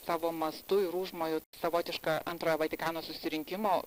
savo mastu ir užmoju savotiška antrojo vatikano susirinkimo